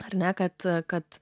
ar ne kad kad